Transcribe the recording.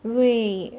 wait